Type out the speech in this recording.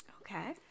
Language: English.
Okay